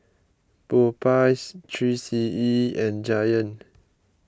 Popeyes three C E and Giant